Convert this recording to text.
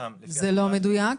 זה לא מדויק,